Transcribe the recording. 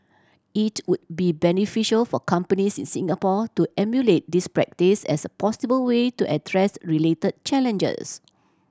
it would be beneficial for companies in Singapore to emulate this practice as a possible way to address related challenges